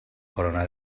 corona